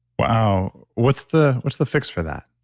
wow. what's the what's the fix for that?